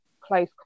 close